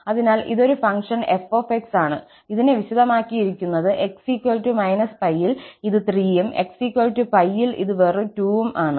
അതിനാൽ ഇതൊരു function f ആണ് ഇതിനെ വിശദമാക്കിയിരിക്കുന്നത് x −π ൽ ഇത് 3 യും x π ൽ ഇത് 2 വും ആണ്